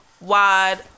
wide